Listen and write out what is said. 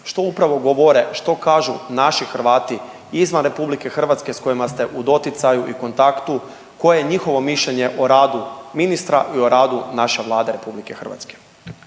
što upravo govore, što kažu naši Hrvati izvan RH s kojima ste u doticaju i kontaktu, koje je njihovo mišljenje o radu ministra i o radu naše Vlade RH?